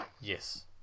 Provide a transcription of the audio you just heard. Yes